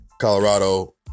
Colorado